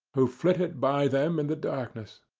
who flitted by them in the darkness.